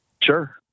Sure